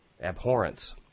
abhorrence